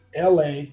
la